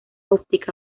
óptica